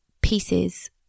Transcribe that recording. pieces